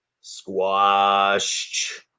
squashed